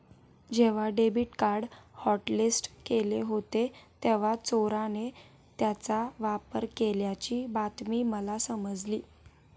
जेव्हा debit card hotlist केले होते तेव्हा चोराने त्याचा वापर केल्याची बातमी मला समजली